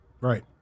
Right